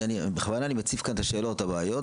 בכוונה אני מציף כאן את השאלות ואת הבעיות,